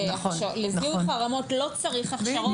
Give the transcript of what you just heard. לזיהוי חרמות לא צריך הכשרות.